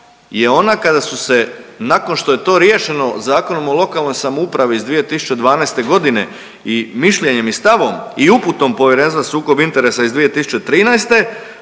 je ona kada su se, nakon što je to riješeno Zakonom o lokalnoj samoupravi iz 2012. g. i mišljenjem i stavom i uputom Povjerenstva za sukob interesa iz 2013.